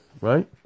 right